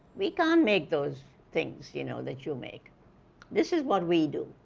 we can't make those things you know that you make this is what we do.